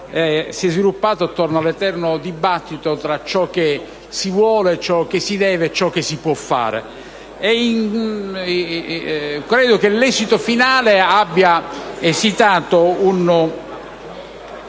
si è sviluppata attorno all'eterno dibattito tra ciò che si vuole, ciò che deve e ciò che si può fare. Credo che l'esito finale sia un